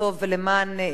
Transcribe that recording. ואולי למען הצופים,